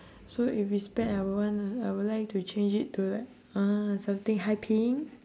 so if it's bad I would wanna I would like to change it to like uh something high paying